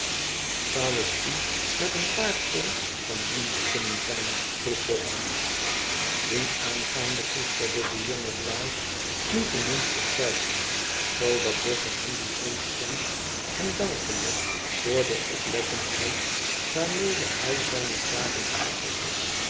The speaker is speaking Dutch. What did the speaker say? zou ik u met een paar pond van dienst kunnen zijn vroeg boffin dienaangaande koesterde de jonge blight niet den minsten twijfel zoo dat boffin hem die som schonk hem dankende voor de oplettendheid waarmede hij zijne zakenbehartigde